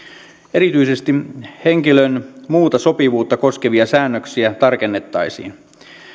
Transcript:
erityisesti henkilön muuta sopivuutta koskevia säännöksiä tarkennettaisiin